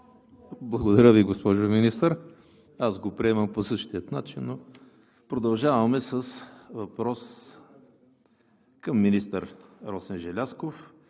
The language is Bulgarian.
Благодаря Ви, госпожо Министър. Аз го приемам по същия начин, но продължаваме с въпрос към Росен Желязков